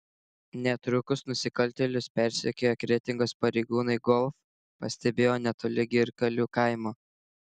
netrukus nusikaltėlius persekioję kretingos pareigūnai golf pastebėjo netoli girkalių kaimo